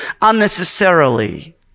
unnecessarily